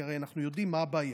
כי הרי אנחנו יודעים מה הבעיה: